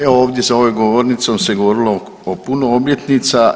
Evo ovdje za ovom govornicom se govorilo o puno obljetnica.